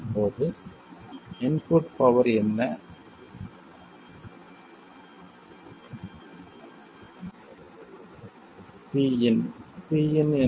இப்போது input power என்ன Pin Pin என்பது v1 i1